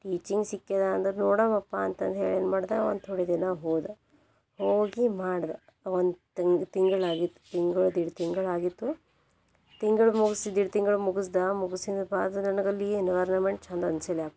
teaching ಸಿಕ್ಯದ ಅಂದ್ರೆ ನೋಡಮಪ್ಪ ಅಂತಂದು ಹೇಳಿ ಏನು ಮಾಡ್ದೆ ಒಂದು ಥೋಡೆ ದಿನ ಹೋದೆ ಹೋಗಿ ಮಾಡಿದೆ ಒಂದು ತಿಂಗ್ ತಿಂಗ್ಳಾಗಿತ್ತು ತಿಂಗ್ಳು ದೀಡ್ ತಿಂಗಳಾಗಿತ್ತು ತಿಂಗ್ಳು ಮುಗಿಸಿ ದೀಡ್ ತಿಂಗ್ಳು ಮುಗಿಸ್ದೆ ಮುಗ್ಸಿನ ಬಾದ ನನಗಲ್ಲಿ ಎನ್ವೈರ್ನಮೆಂಟ್ ಚಂದ ಅನ್ಸಿಲ್ಲ ಯಾಕೋ